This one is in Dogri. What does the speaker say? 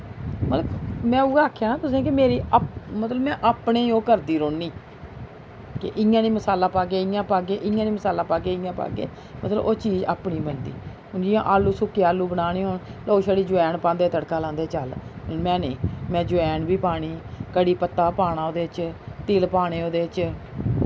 मतलब में उ'ऐ आखेआ न तुसें ई मेरी अपनी मतलब में अपनी ओह् करदी रौह्न्नी कि इ'यां निं मसाला पाह्गे इ'यां पाह्गे इ'यां निं मसाला पाह्गे इ'यां पाह्गे मतलब ओह् चीज अपनी बनदी जि'यां आलू सुक्के आलू बनाने होन तां ओह् तुस छड़ी जवैन पांदे तड़का लांदे चल में निं में जवैन बी पानी कड़ी पत्ता पाना ओह्दे च तिल पाने ओह्दे च